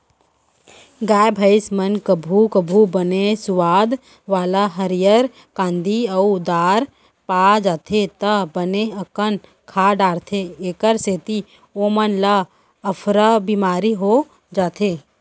गाय भईंस मन कभू कभू बने सुवाद वाला हरियर कांदी अउ दार पा जाथें त बने अकन खा डारथें एकर सेती ओमन ल अफरा बिमारी हो जाथे